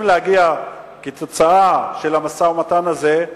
להגיע אליו כתוצאה מהמשא-ומתן הזה.